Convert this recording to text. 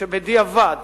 שבדיעבד